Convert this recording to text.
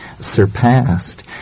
surpassed